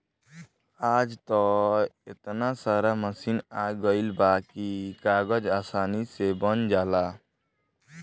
आज त एतना सारा मशीन आ गइल बा की कागज आसानी से बन जाला